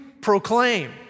proclaim